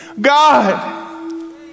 God